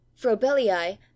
Frobelii